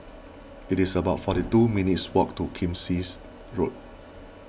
it is about forty two minutes' walk to Kismis Road